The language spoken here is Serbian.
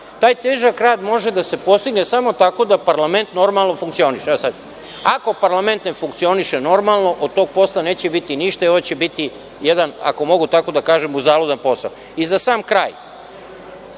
Taj težak rad može da se postigne samo tako da parlament normalno funkcioniše. Ako parlament ne funkcioniše normalno od tog posla neće biti ništa i ovo će biti jedan, ako mogu tako da kažem, uzaludan posao.I za sam kraj,